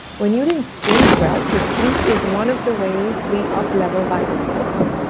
when you didn't sleep well because sleep is one of the ways we up level vital force.